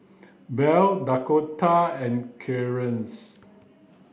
Bell Dakoda and Clearence